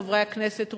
חברי הכנסת,